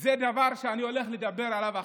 זה דבר שאני הולך לדבר עליו עכשיו,